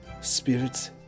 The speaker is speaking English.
spirits